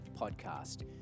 Podcast